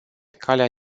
calea